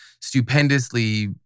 stupendously